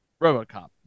RoboCop